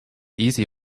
easy